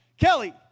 Kelly